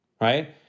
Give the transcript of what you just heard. right